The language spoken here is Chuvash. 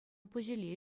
пуҫиле